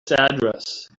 address